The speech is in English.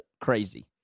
crazy